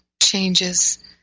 changes